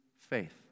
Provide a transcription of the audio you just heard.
faith